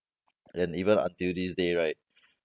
and even until this day right